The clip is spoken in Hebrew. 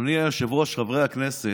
אדוני היושב-ראש, חברי הכנסת,